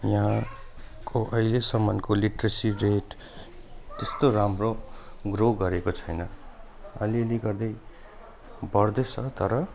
यहाँको अहिलेसम्मको literacy rate त्यस्तो राम्रो ग्रो गरेको छैन अलि अलि गर्दै बढ्दैछ तर